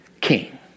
king